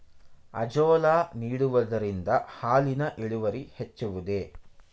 Azolla ನೀಡುವುದರಿಂದ ಹಾಲಿನ ಇಳುವರಿ ಹೆಚ್ಚುವುದೇ?